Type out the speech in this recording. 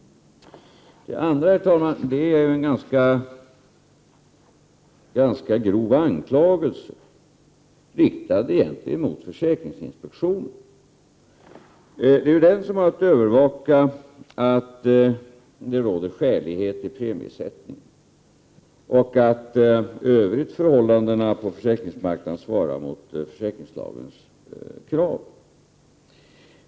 Det är, herr talman, ganska grova anklagelser som riktas mot försäkringsinspektionen. Det är den som har att övervaka att det råder skälighet i premiesättningen och att förhållandena i övrigt på försäkringsmarknaden svarar mot försäkringslagens krav.